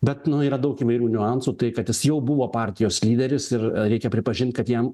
bet yra daug įvairių niuansų tai kad jis jau buvo partijos lyderis ir reikia pripažint kad jam